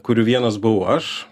kurių vienas buvau aš